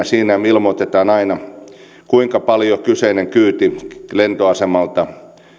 siinä ilmoitetaan aina kuinka paljon kyseinen kyyti lentoasemalta